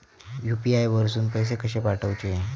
UPI वरसून पैसे कसे पाठवचे?